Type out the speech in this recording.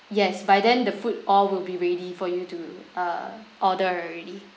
yes by then the food all will be ready for you to uh order already